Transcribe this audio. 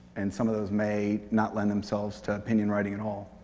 and some of those may not lend themselves to opinion writing at all.